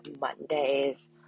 Mondays